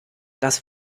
das